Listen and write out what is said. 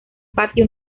patio